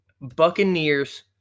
Buccaneers